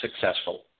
successful